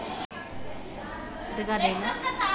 ఆరోగ్య బీమా ఎన్ని రకాలు?